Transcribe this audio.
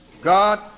God